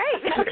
great